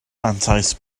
mantais